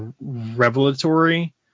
revelatory